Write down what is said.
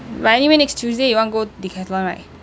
but anyway next tuesday you want go decathlon right